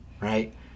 right